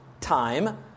time